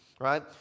right